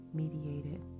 mediated